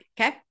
Okay